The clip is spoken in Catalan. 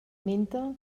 menta